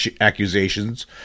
accusations